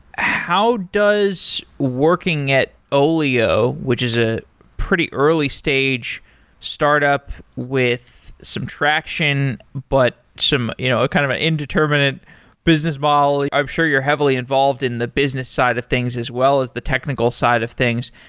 how does working at olio, which is a pretty early-stage startup with some traction, but some you know ah kind of an indeterminate business ball? i'm sure you're heavily involved in the business side of things, as well as the technical side of things.